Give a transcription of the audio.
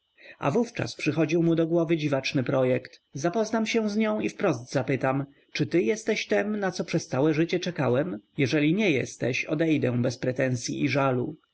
a wówczas przychodził mu do głowy dziwaczny projekt zapoznam się z nią i wprost zapytam czy ty jesteś tem na co przez całe życie czekałem jeżeli nie jesteś odejdę bez pretensyi i żalu